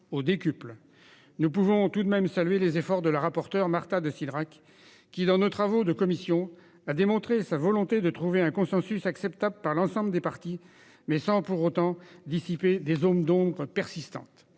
Nous pouvons tout de même saluer les efforts de la rapporteure Marta de Cidrac qui, lors des travaux de notre commission, a démontré sa volonté de trouver un consensus acceptable par l'ensemble des parties, même si des zones d'ombre persistent.